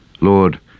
Lord